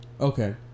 Okay